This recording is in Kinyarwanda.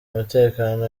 umutekano